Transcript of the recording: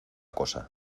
cosa